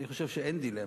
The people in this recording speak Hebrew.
אני חושב שאין דילמה.